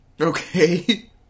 Okay